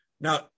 Now